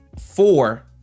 four